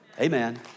amen